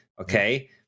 Okay